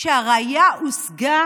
שהראיה הושגה